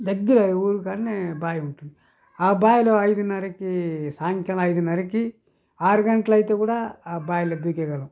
దగ్గరే ఊరి కాన్నే బావి ఉంటుంది బావి ఉంటుంది ఆ బాయిలో ఐదున్నరకి సాయంకాలం ఐదున్నరకి ఆరు గంటలు అయితే కూడా ఆ బావిలో దూకేయగలం